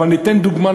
אבל ניתן דוגמה,